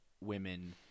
women